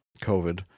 Covid